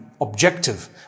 objective